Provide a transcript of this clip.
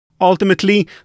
Ultimately